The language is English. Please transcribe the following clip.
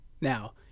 Now